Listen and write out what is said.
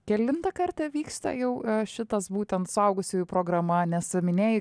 kelintą kartą vyksta jau šitas būtent suaugusiųjų programa nes minėjai